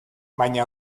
baina